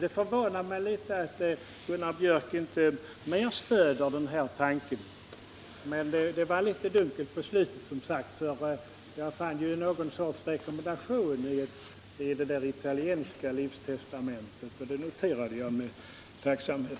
Det förvånar mig litet att Gunnar Biörck inte stöder den här tanken, men hans anförande var litet dunkelt mot slutet. Det fanns ju någon sorts rekommendation i det amerikanska livstestamente som Gunnar Biörck nämnde. Det noterade jag med tacksamhet.